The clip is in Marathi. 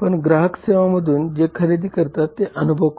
पण ग्राहक सेवांमधून जे खरेदी करतात ते अनुभव असतात